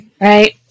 right